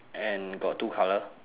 and got two colour